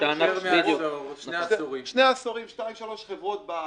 השתלטו שתיים שלוש חברות בארץ,